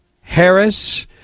Harris